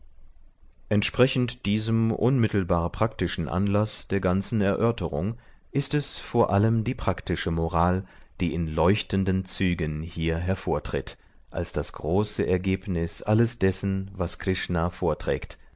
entsprechend diesem unmittelbar praktischen anlaß der ganzen erörterung ist es vor allem die praktische moral die in leuchtenden zügen hier hervortritt als das große ergebnis alles dessen was krishna vorträgt